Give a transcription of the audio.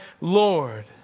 Lord